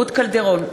רות קלדרון,